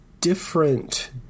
different